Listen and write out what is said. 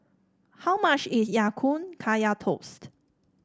how much is Ya Kun Kaya Toast